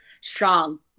Strong